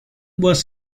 was